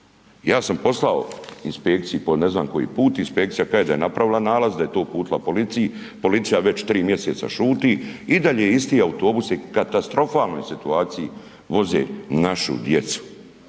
Ja sam poslao inspekciji po ne znam koji put, inspekcija kaže da je napravila nalaz, da je to uputila policiji, policija već tri mjeseca šuti i dalje isti autobusi u katastrofalnoj situaciji voze našu djecu.